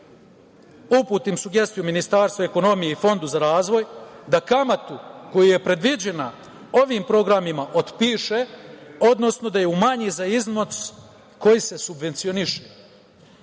uputim sugestiju Ministarstvu ekonomije i Fondu za razvoj da kamata koja je predviđena ovim programima, otpiše, odnosno da je umanji za iznos koji se subvencioniše.